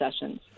Sessions